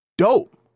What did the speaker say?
dope